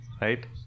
Right